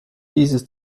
dieses